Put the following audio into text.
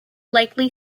likely